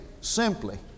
simply